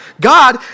God